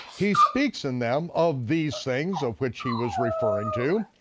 he speaks in them of these things, of which he was referring to,